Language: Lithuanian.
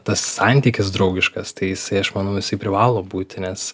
tas santykis draugiškas tai jisai aš manau jisai privalo būti nes